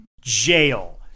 jail